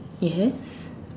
yes